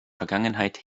vergangenheit